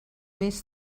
més